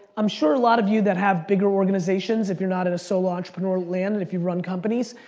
i'm sure a lot of you that have bigger organizations if you're not in a solo entrepreneur land and if you've run companies,